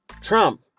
Trump